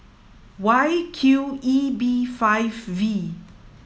Y Q E B five V